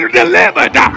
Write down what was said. delivered